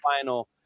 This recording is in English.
final